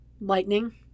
Lightning